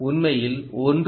உண்மையில் 1